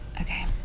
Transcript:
okay